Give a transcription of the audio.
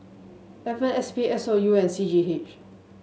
F M S P S O U and C G H